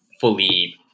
fully